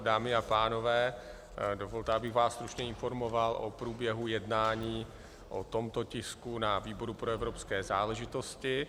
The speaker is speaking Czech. Dámy a pánové, dovolte, abych vás stručně informoval o průběhu jednání o tomto tisku na výboru pro evropské záležitosti.